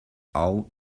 all